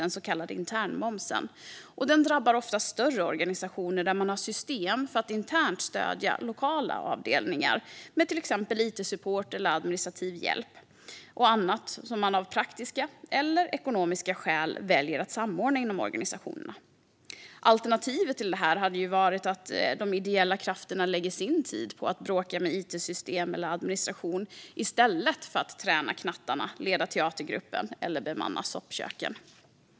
Den så kallade internmomsen drabbar ofta större organisationer där man har system för att internt stödja lokala avdelningar med till exempel it-support, administrativ hjälp eller annat som man av praktiska eller ekonomiska skäl väljer att samordna inom organisationerna. Alternativet till det här hade varit att de ideella krafterna lägger sin tid på administration eller på att bråka med it-system i stället för att träna knattarna, leda teatergruppen eller bemanna soppköken.